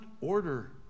order